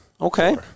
Okay